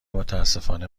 متأسفانه